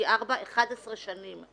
במשך 11 שנים.